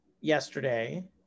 yesterday